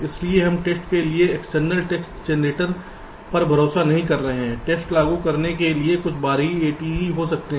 इसलिए हम टेस्ट के लिए एक्सटर्नल टेस्ट जनरेटर पर भरोसा नहीं कर रहे हैं टेस्ट लागू करने के लिए कुछ बाहरी ATE हो सकते हैं